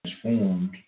transformed